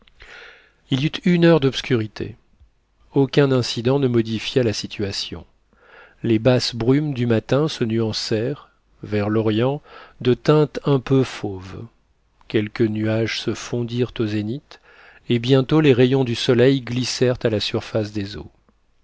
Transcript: il y eut une heure d'obsurité aucun incident ne modifia la situation les basses brumes du matin se nuancèrent vers l'orient de teintes un peu fauves quelques nuages se fondirent au zénith et bientôt les rayons du soleil glissèrent à la surface des eaux